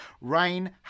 Rain